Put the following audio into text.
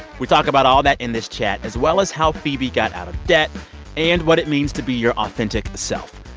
we talk about all that in this chat, as well as how phoebe got out of debt and what it means to be your authentic self.